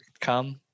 come